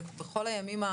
בכל הימים,